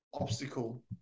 obstacle